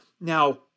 Now